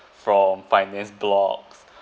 from finance blogs